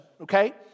okay